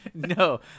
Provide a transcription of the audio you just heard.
No